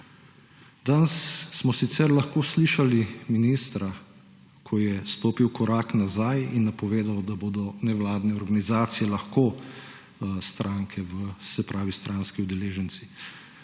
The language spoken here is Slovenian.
Danes smo sicer lahko slišali ministra, ko je stopil korak nazaj in napovedal, da bodo nevladne organizacije lahko stranski udeleženci,